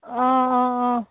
অঁ অঁ অঁ